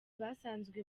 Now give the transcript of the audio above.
basanzwe